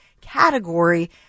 category